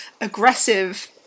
aggressive